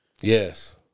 Yes